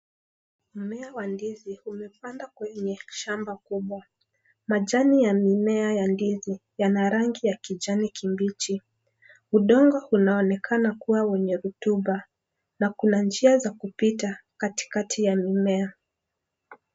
Mmea wa ndizi umepandwa kwenye shamba kubwa mjani ya mimea ya ndizi yana rangi ya kijani kibichi. Udongo unaonekana kua wenye rotuba na kuna njia za kupita katikati ya mimea.